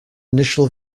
initial